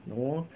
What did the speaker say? no